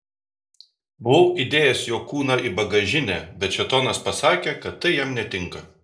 buvau įdėjęs jo kūną į bagažinę bet šėtonas pasakė kad tai jam netinka